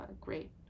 great